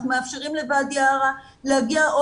אנחנו מאפשרים לוואדי ערה להגיע או